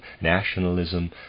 nationalism